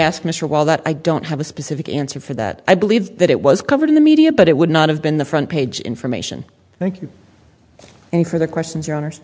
ask mr while that i don't have a specific answer for that i believe that it was covered in the media but it would not have been the front page information thank you for the questions your honor